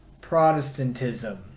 Protestantism